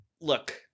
look